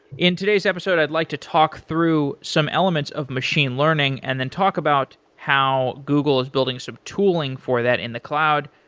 in today's episode, i would like to talk through some elements of machine learning and then talk about how google is building some tooling for that in the cloud.